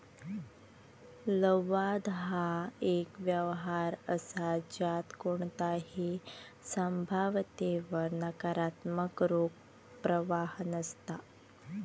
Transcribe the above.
लवाद ह्या एक व्यवहार असा ज्यात कोणताही संभाव्यतेवर नकारात्मक रोख प्रवाह नसता